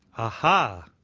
aha!